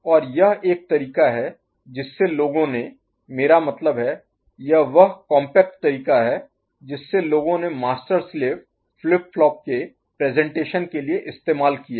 और यह एक तरीका है जिससे लोगों ने मेरा मतलब है यह वह कॉम्पैक्ट तरीका है जिससे लोगों ने मास्टर स्लेव फ्लिप फ्लॉप के प्रेजेंटेशन के लिए इस्तेमाल किया है